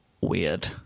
Weird